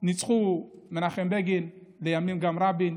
ניצחו מנחם בגין, לימים גם רבין,